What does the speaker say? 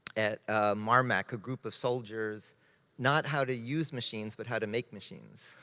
at ah mar-mac, a group of soldiers not how to use machines, but how to make machines.